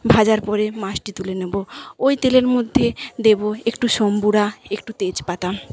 ভাজার পরে মাছটি তুলে নেব ওই তেলের মধ্যে দেব একটু একটু তেজপাতা